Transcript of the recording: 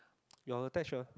your attached [what]